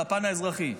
לפן האזרחי.